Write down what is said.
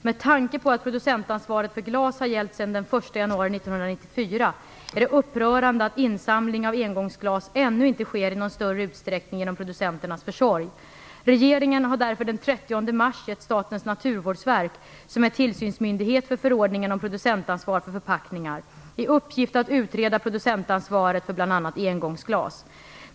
Med tanke på att producentansvaret för glas har gällt sedan den 1 januari 1994 är det upprörande att insamling av engångsglas ännu inte sker i någon större utsträckning genom producenternas försorg. Regeringen har därför den 30 mars gett Statens naturvårdsverk, som är tillsynsmyndighet för förordningen om producentansvar för förpackningar, i uppgift att utreda producentansvaret för bl.a. engångsglas.